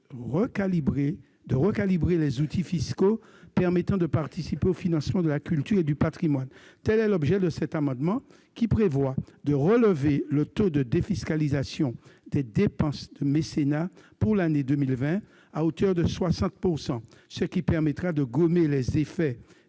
de recalibrer les outils fiscaux permettant de participer au financement de la culture et du patrimoine. Tel est l'objet de cet amendement, qui tend à relever le taux de défiscalisation des dépenses de mécénat à hauteur 60 % pour l'année 2020. Cela permettra de gommer les effets